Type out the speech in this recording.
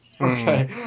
Okay